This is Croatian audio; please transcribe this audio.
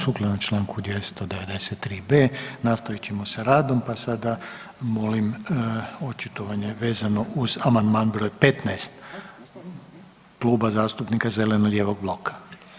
sukladno čl. 239.b. nastavit ćemo sa radom, pa sada molim očitovanje vezano uz amandman br. 15 Kluba zastupnika zeleno-lijevog bloka.